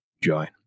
join